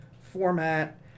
format